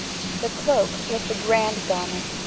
the cloak was the grand garment,